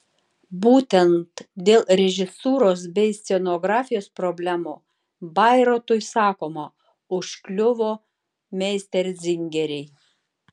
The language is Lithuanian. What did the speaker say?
būtent dėl režisūros bei scenografijos problemų bairoitui sakoma užkliuvo meisterzingeriai